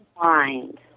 blind